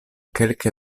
kelke